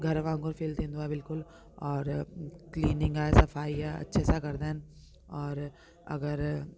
घर वांगुर फील थींदो आहे बिल्कुलु और क्लिनिंग आहे सफ़ाई आहे अच्छे सां कंदा आहिनि और अगरि